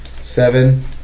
seven